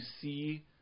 see